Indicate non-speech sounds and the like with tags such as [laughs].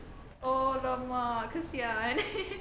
!alamak! kesian [laughs]